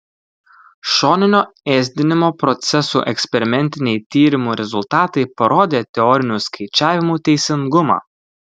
šoninio ėsdinimo procesų eksperimentiniai tyrimų rezultatai parodė teorinių skaičiavimų teisingumą